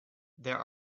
there